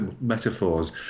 metaphors